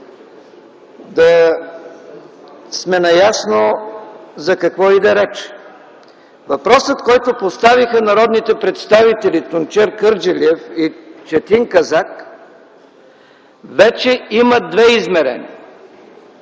да сме наясно за какво иде реч. Въпросът, който поставиха народните представители Тунчер Кърджалиев и Четин Казак, вече има две измерения.